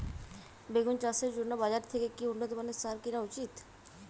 বেগুন চাষের জন্য বাজার থেকে কি উন্নত মানের সার কিনা উচিৎ?